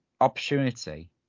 opportunity